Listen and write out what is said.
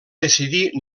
decidir